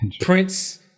Prince